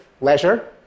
leisure